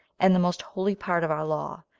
and the most holy part of our law,